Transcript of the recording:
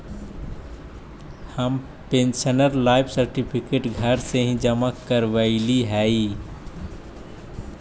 हम pensioner life certificate घर से ही जमा करवइलिअइ हल